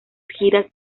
giras